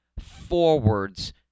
forwards